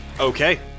Okay